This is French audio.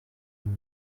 une